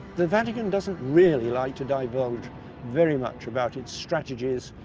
the vatican doesn't really like to divulge very much about its strategies,